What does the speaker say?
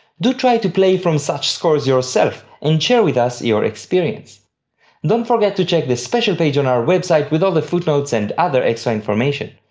do try to play from such scores yourself and share with us your experience. don't forget to check the special page on our website with all the footnotes and other extra information.